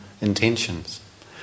intentions